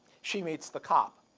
she meets the cop.